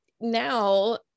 now